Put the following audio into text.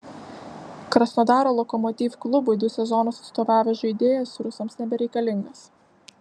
krasnodaro lokomotiv klubui du sezonus atstovavęs žaidėjas rusams nebereikalingas